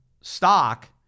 stock